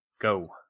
go